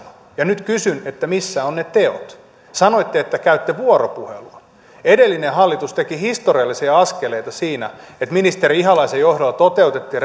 asema nyt kysyn missä ovat ne teot sanoitte että käytte vuoropuhelua edellinen hallitus teki historiallisia askeleita siinä että ministeri ihalaisen johdolla toteutettiin